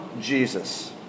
Jesus